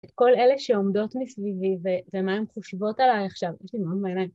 את כל אלה שעומדות מסביבי ומה הן חושבות עליי עכשיו, יש לי דמעות בעיניים.